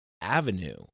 avenue